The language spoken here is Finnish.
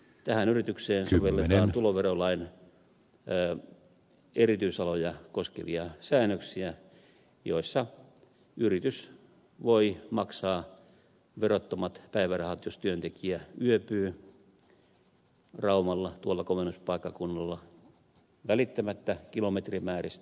tähän yritykseen sovelletaan tuloverolain erityisaloja koskevia säännöksiä joissa yritys voi maksaa verottomat päivärahat jos työntekijä yöpyy raumalla tuolla komennuspaikkakunnalla välittämättä kilometrimääristä